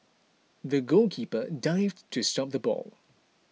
the goalkeeper dived to stop the ball